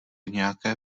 nějaké